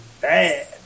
bad